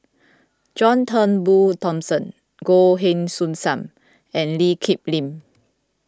John Turnbull Thomson Goh Heng Soon Sam and Lee Kip Lin